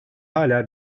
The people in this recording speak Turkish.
hala